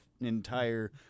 entire